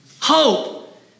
Hope